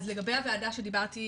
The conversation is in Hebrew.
אז לגבי הוועדה שדיברת,